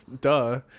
duh